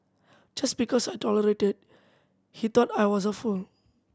just because I tolerated he thought I was a fool